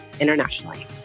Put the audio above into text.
internationally